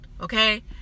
okay